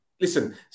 listen